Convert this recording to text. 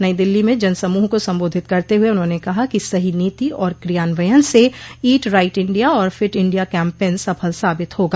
नई दिल्ली में जनसमूह को संबोधित करते हुए उन्होंने कहा कि सही नीति और क्रियान्वयन से ईट राइट इंडिया और फिट इंडिया कैम्पेन सफल साबित होगा